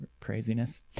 Craziness